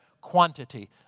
quantity